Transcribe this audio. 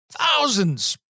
thousands